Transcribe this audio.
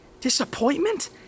Disappointment